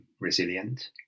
resilient